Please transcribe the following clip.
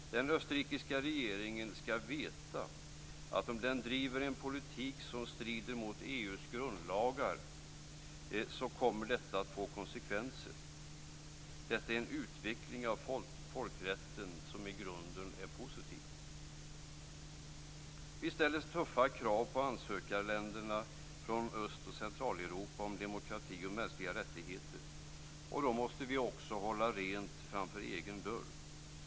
Den österrikiska regeringen ska veta att om den driver en politik som strider mot EU:s grundlagar kommer detta att få konsekvenser. Det är en utveckling av folkrätten som i grunden är positiv. Vi ställer tuffa krav om demokrati och mänskliga rättigheter på ansökarländerna från Öst och Centraleuropa. Då måste vi också hålla rent framför vår egen dörr.